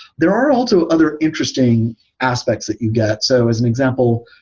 there are also other interesting aspects that you get. so as an example,